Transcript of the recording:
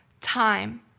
time